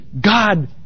God